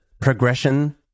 progression